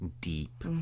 deep